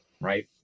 right